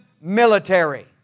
military